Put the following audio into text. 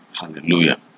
hallelujah